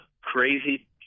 crazy